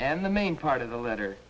and the main part of the letter